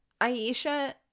Aisha